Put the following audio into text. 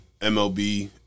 MLB